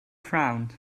frowned